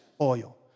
oil